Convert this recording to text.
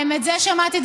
את זה שמעתי,